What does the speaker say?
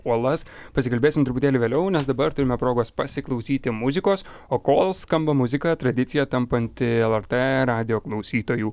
uolas pasikalbėsim truputėlį vėliau nes dabar turime progos pasiklausyti muzikos o kol skamba muzika tradicija tampantį lrt radijo klausytojų